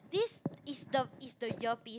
this is the is the earpiece